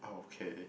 okay